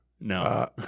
No